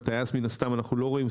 את הטייס מן הסתם אנחנו לא רואים,